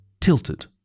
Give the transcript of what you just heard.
tilted